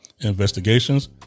investigations